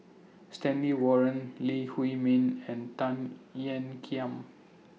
Stanley Warren Lee Huei Min and Tan Ean Kiam